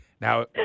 Now